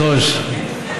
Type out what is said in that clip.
גברתי היושבת-ראש,